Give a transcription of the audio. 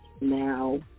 Now